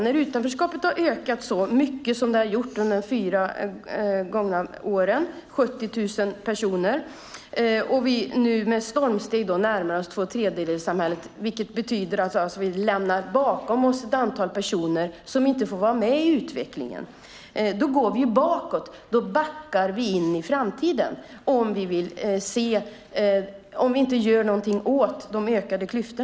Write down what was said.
När utanförskapet har ökat så mycket som det har gjort under de fyra gångna åren - det handlar om 70 000 personer - och vi med stormsteg närmar oss tvåtredjedelssamhället, betyder det att vi lämnar ett antal personer bakom oss som inte får vara med i utvecklingen. Vi går bakåt. Vi backar in i framtiden om vi inte gör något åt de ökade klyftorna.